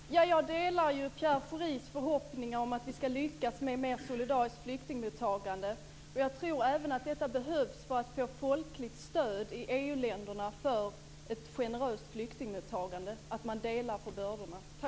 Fru talman! Jag delar Pierre Schoris förhoppningar om att vi skall lyckas med ett mer solidariskt flyktingsmottagande. Jag tror även att detta behövs för att få ett folkligt stöd i EU-länderna för ett generöst flyktingmottagande. Det behövs att man delar på bördorna.